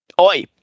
Oi